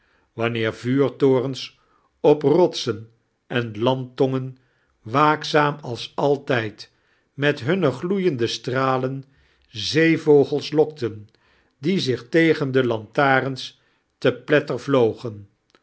wanneer vuumborens op rotsen en landtongen waakzaam als altijd met hunne gloeiende sitralen zeevogels lokten die zioh tegen de lantaarns te pletter